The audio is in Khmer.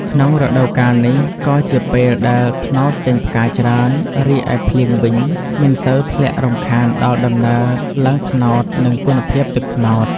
ក្នុងរដូវកាលនេះ ក៏ជាពេលដែលត្នោតចេញផ្កាច្រើន រីឯភ្លៀងវិញ មិនសូវធ្លាក់រំខានដល់ដំណើរឡើងត្នោត និងគុណភាពទឹកត្នោត។